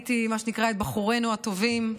ראיתי את בחורינו הטובים,